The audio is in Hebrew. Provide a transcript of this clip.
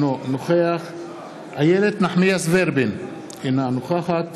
אינו נוכח איילת נחמיאס ורבין, אינה נוכחת